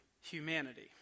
humanity